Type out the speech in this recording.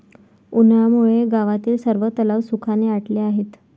उन्हामुळे गावातील सर्व तलाव सुखाने आटले आहेत